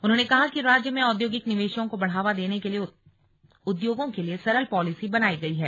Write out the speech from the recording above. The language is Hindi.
उन्होंने कहा कि राज्य में औद्योगिक निवेशों को बढ़ावा देने के लिए उद्योगों के लिए सरल पॉलिसी बनाई गई है